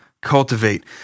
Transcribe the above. cultivate